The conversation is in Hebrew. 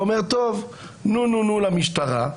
הוא אומר: נו-נו-נו למשטרה,